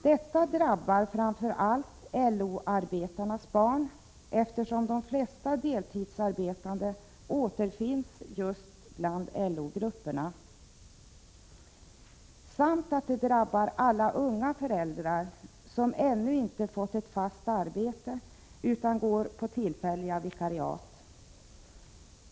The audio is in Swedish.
Detta drabbar framför allt LO-arbetarnas barn, eftersom de flesta deltidsarbetande återfinns just bland LO-grupperna. Det drabbar också alla unga föräldrar som ännu inte har fått ett fast arbete utan går på tillfälliga vikariat.